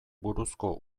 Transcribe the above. buruzko